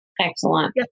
excellent